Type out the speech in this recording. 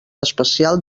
especial